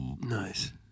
Nice